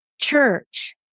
church